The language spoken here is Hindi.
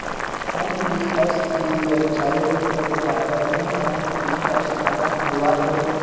एन.पी.एस की वेबसाईट पर जाकर तुम एन.पी.एस खाता खुलवा लो